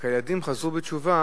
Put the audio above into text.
רק שהילדים חזרו בתשובה,